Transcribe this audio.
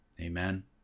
Amen